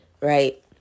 right